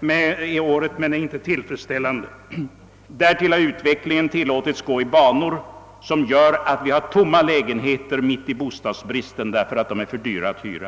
men tillfredsställande är det inte. Därtill har utvecklingen tillåtits gå i banor som gör att vi har tomma lägenheter mitt i bostadsbristen därför att de är för dyra att hyra.